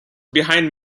behind